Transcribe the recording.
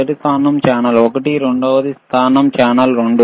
మొదటి స్థానం ఛానెల్ ఒకటి రెండవది స్థానం ఛానల్ 2 కోసం